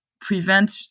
prevent